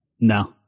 No